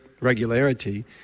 regularity